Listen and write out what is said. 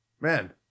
Man